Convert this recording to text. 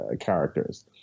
characters